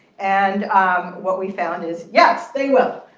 and what we found is, yes, they will.